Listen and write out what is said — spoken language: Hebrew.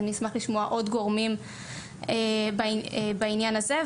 אני אשמח לשמוע עוד גורמים בעניין הזה,